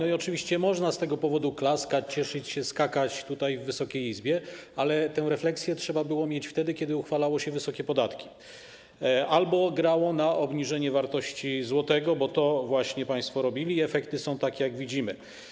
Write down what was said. Oczywiście można z tego powodu klaskać, cieszyć się, skakać tutaj, w Wysokiej Izbie, ale tę refleksję trzeba było mieć wtedy, kiedy uchwalało się wysokie podatki albo grało na obniżenie wartości złotego, bo to właśnie państwo robili, a efekty są takie, jak widzimy.